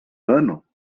ano